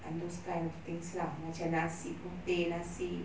and those kind of things lah macam nasi putih nasi